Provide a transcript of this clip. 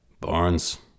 Barnes